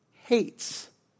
hates